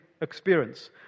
experience